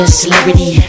celebrity